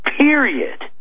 period